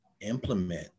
implement